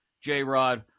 J-Rod